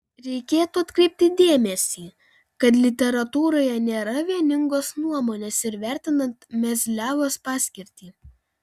reikėtų atkreipti dėmesį kad literatūroje nėra vieningos nuomonės ir vertinant mezliavos paskirtį